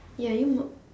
ya you